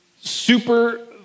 super